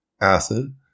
acid